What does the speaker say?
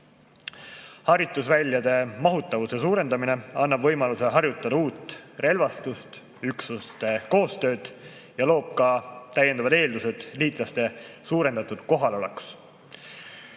Harjutusväljade mahutavuse suurendamine annab võimaluse harjutada uut relvastust, üksuste koostööd ja loob täiendavad eeldused liitlaste suurendatud kohaloluks.